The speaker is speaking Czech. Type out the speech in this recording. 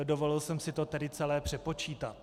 Dovolil jsem si to tedy celé přepočítat.